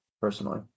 personally